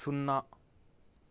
సున్నా